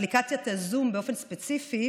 באפליקציית הזום באופן ספציפי